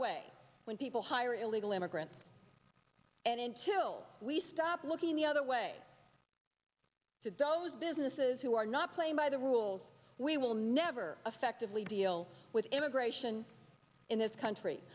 way when people hire illegal immigrants and until we stop looking the other way to doe's businesses who are not playing by the rules we will never affected we deal with immigration in this country